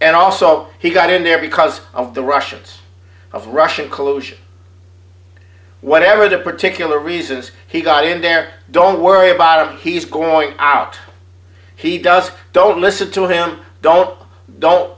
and also he got in there because of the russians of russian collusion whatever the particular reasons he got in there don't worry about it he's going out he does don't listen to him don't